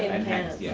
and enhanced. yeah